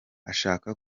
ashaka